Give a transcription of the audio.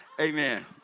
Amen